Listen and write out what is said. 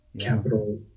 capital